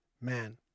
man